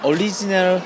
Original